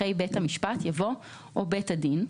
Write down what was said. אחרי "בית המשפט" יבוא "או בית הדין",